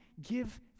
Give